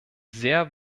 sehr